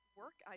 work